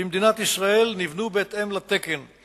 במדינת ישראל נבנו בהתאם לתקן.